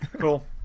Cool